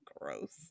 gross